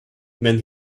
when